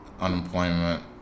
unemployment